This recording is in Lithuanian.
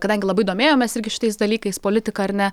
kadangi labai domėjomės irgi šitais dalykais politika ar ne